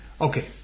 Okay